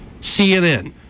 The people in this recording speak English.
CNN